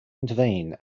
intervene